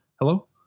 Hello